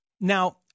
Now